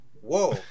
Whoa